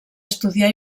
estudià